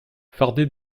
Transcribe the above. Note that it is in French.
fardé